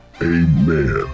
Amen